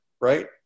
right